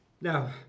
Now